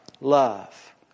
love